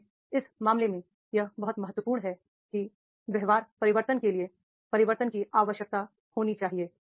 इसलिए इस मामले में यह बहुत महत्वपूर्ण है कि व्यवहार परिवर्तन के लिए परिवर्तन की आवश्यकता होनी चाहिए